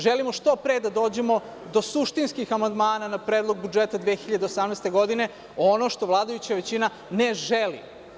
Želimo što pre da dođemo do suštinskih amandmana na Predlog budžeta za 2018. godinu, ono što vladajuća većina ne želi.